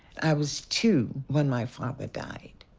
i was two when my father died.